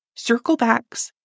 circlebacks